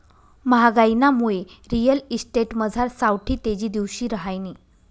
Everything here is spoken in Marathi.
म्हागाईनामुये रिअल इस्टेटमझार सावठी तेजी दिवशी रहायनी